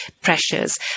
pressures